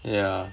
ya